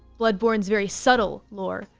bloodborne's very subtle lore,